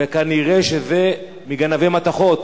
וכנראה שזה גנבי מתכות.